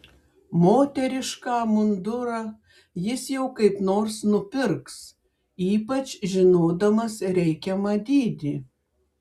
moterišką mundurą jis jau kaip nors nupirks ypač žinodamas reikiamą dydį